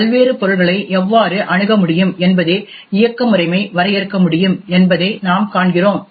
பல்வேறு பொருள்களை எவ்வாறு அணுக முடியும் என்பதை இயக்க முறைமை வரையறுக்க முடியும் என்பதை நாம் காண்கிறோம்